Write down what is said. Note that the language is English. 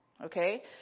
okay